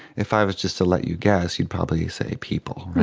if i was just to let you guess you'd probably say people,